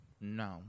No